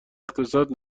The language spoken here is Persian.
اقتصاد